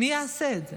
מי יעשה את זה?